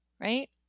right